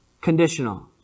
conditional